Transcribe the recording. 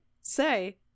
say